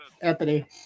Anthony